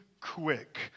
quick